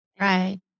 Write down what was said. right